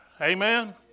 Amen